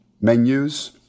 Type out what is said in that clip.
menus